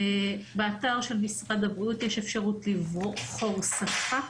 באתר של משרד הבריאות יש אפשרות לבחור שפה